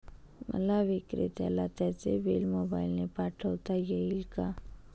मला विक्रेत्याला त्याचे बिल मोबाईलने पाठवता येईल का?